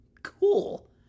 Cool